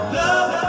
love